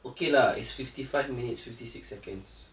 okay lah it's fifty five minutes fifty six seconds